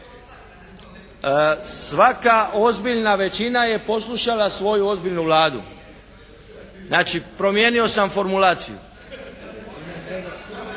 Svaka ozbiljna većina je poslušala svoju ozbiljnu Vladu, znači promijenio sam formulaciju.